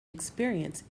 experience